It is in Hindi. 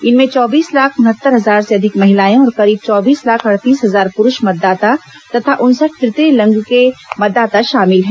इनमें चौबीस लाख उनहत्तर हजार से अधिक महिलाएं और करीब चौबीस लाख अड़तीस हजार पुरूष मतदाता तथा उनसठ तृतीय लिंग के मतदाता शामिल हैं